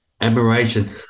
admiration